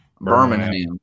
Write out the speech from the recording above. Birmingham